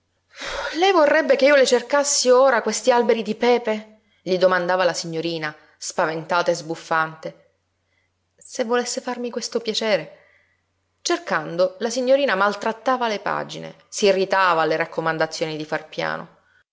lei vorrebbe che io le cercassi ora questi alberi di pepe gli domandava la signorina spaventata e sbuffante se volesse farmi questo piacere cercando la signorina maltrattava le pagine s'irritava alle raccomandazioni di far piano